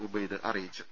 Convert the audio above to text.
ഉബൈദ് അറിയിച്ചു